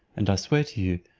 and i swear to you,